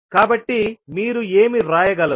కాబట్టి మీరు ఏమి వ్రాయగలరు